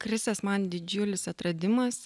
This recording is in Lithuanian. krisas man didžiulis atradimas